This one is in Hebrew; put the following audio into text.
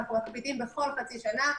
אנחנו מקפידים בכל חצי שנה,